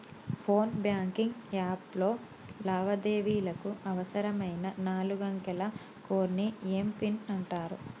phone banking app లో లావాదేవీలకు అవసరమైన నాలుగు అంకెల కోడ్ని ఏం పిన్ అంటారు